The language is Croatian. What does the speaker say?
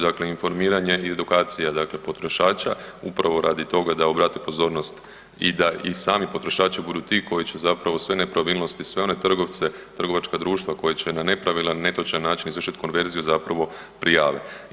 Dakle, informiranje i edukacija dakle potrošača upravo radi toga da obrate pozornost i da i sami potrošači budu ti koji će zapravo sve nepravilnosti, sve one trgovce, trgovačka društva koja će na nepravilan, netočan način izvršiti konverziju zapravo prijaviti.